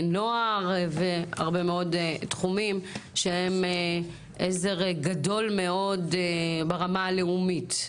נוער והרבה מאוד תחומים שהם עזר גדול מאוד ברמה הלאומית.